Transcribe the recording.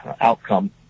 outcome